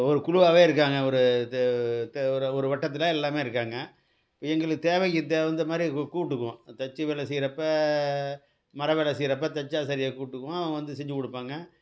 ஒரு குழுவாகவே இருக்காங்க ஒரு இது தே ஒரு ஒரு வட்டத்தில் எல்லாமே இருக்காங்க எங்களுக்கு தேவைக்கு தகுந்த மாதிரி கூ கூப்பிட்டுக்குவோம் தச்சு வேலை செய்கிறப்ப மர வேலை செய்கிறப்ப தச்சு ஆசாரியை கூப்பிட்டுக்குவோம் அவங்க வந்து செஞ்சு கொடுப்பாங்க